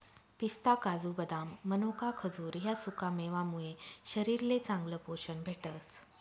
पिस्ता, काजू, बदाम, मनोका, खजूर ह्या सुकामेवा मुये शरीरले चांगलं पोशन भेटस